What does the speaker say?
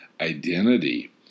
identity